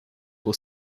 will